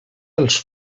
els